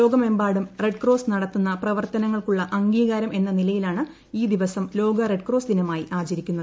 ലോകമെമ്പാടും Red Cross നടത്തുന്ന പ്രവർത്തനങ്ങൾക്കുള്ള അംഗീകാരം എന്ന നിലയിലാണ് ഈ ദിവസം ലോക റെഡ് ക്രോസ് ദിനമായി ആചരിക്കുന്നത്